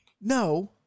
No